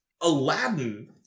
Aladdin